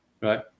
right